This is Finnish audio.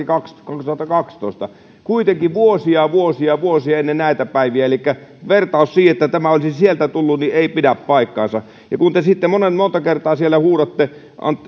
kaksituhattakaksitoista kuitenkin vuosia vuosia vuosia ennen näitä päiviä elikkä vertaus siihen että tämä olisi sieltä tullut ei pidä paikkaansa kun te sitten monen monta kertaa siellä huudatte